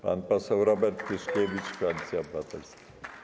Pan poseł Robert Tyszkiewicz, Koalicja Obywatelska.